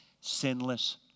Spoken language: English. sinless